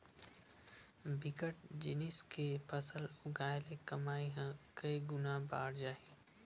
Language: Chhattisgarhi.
बिकट जिनिस के फसल उगाय ले कमई ह कइ गुना बाड़ जाही